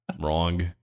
Wrong